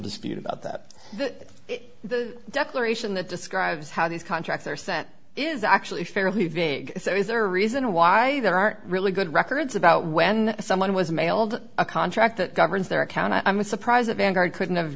dispute about that declaration that describes how these contracts are sent is actually fairly vague so is there a reason why there aren't really good records about when someone was mailed a contract that governs their account i was surprised that vanguard couldn't have